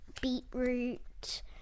beetroot